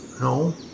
no